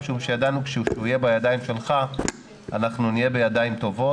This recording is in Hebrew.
משום שידענו שכשהוא יהיה בידיים שלך אנחנו נהיה בידיים טובות,